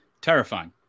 Terrifying